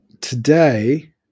today